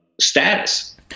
status